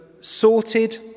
sorted